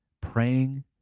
praying